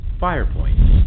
FirePoint